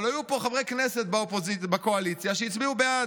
אבל היו פה חברי כנסת בקואליציה שהצביעו בעד.